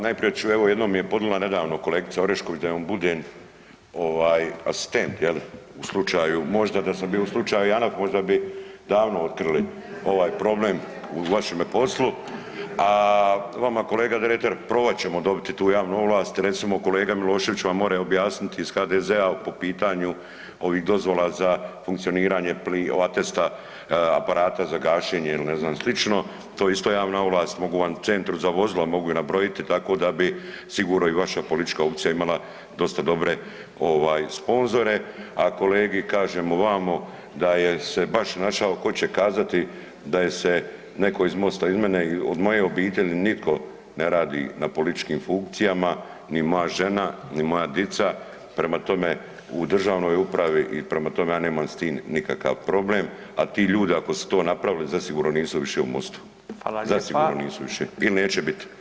Najprije ću evo jednom je ponudila kolegica Orešković da joj budem asistent je li, u slučaju, možda da sam bio u slučaju Janaf, možda bi davno otkrili ovaj problem u vašemu poslu a vama kolega Dretar, probat ćemo dobiti tu javnu ovlast jer recimo kolega Milošević vam može objasniti iz HDZ-a po pitanju ovih dozvola za funkcioniranje atesta aparata za gašenje ili ne znam slično, to je isto javna ovlast, mogu vam u centru za vozila, mogu ih nabrojati, tako da bi sigurno i vaša politička opcija imala dosta dobre sponzore a kolegi kažem vamo da je se baš našao ko će kazati da se je netko iz Mosta, iz mene, od moje obitelji, nitko ne radi na političkim funkcijama, ni moja žena ni moja dica, prema tome u državnoj upravi i prema tome, ja nemam s tim nikakav problem, a ti ljudi ako su to napravili, zasigurno nisu više u Most-u, zasigurno nisu više ili neće bit.